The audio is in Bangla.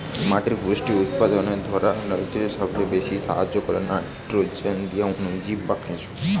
মাটির পুষ্টি উপাদানকে ধোরে রাখতে সবচাইতে বেশী সাহায্য কোরে নাইট্রোজেন দিয়ে অণুজীব আর কেঁচো